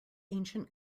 ancient